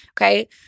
Okay